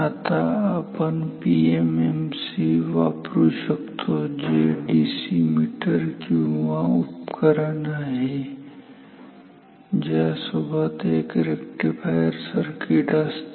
आता आपण पीएमएमसी वापरू शकतो जे एक डीसी मीटर किंवा उपकरण आहे ज्या सोबत एक रेक्टिफायर सर्किट असते